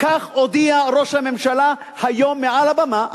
כך הודיע ראש הממשלה היום מעל הבמה.